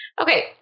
Okay